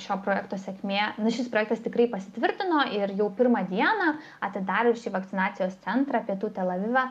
šio projekto sėkmė nu šis projektas tikrai pasitvirtino ir jau pirmą dieną atidarius šį vakcinacijos centrą pietų tel avivą